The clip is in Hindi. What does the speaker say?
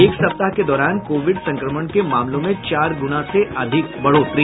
एक सप्ताह के दौरान कोविड संक्रमण के मामलों में चार गुणा से अधिक बढ़ोतरी